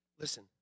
Listen